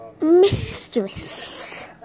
mistress